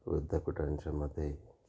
विद्यापीठांच्यामध्ये